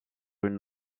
une